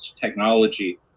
technology